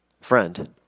friend